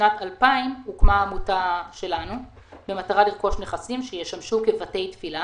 ובשנת 2000 הוקמה העמותה במטרה לרכוש נכסים שישמשו כבתי תפילה